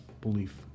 belief